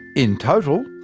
in total,